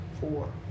Four